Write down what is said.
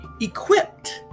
equipped